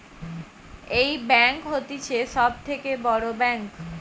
এই ব্যাঙ্ক হতিছে সব থাকে বড় ব্যাঙ্ক